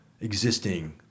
existing